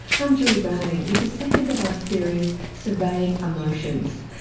i'm julie browning with the second of our series surveying emotions.